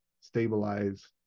stabilize